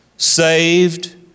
saved